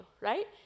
right